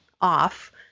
off